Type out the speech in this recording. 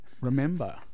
remember